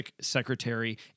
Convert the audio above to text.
secretary